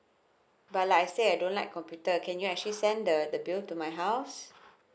but like I say I don't like computer can you actually send the the bill to my house